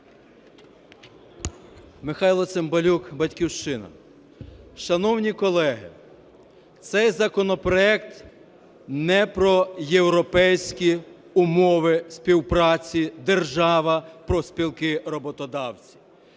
Михайло Цимбалюк, "Батьківщина". Шановні колеги, цей законопроект не про європейські умови співпраці держава-профспілки-роботодавці.